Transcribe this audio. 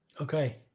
Okay